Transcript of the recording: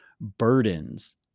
burdens